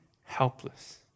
helpless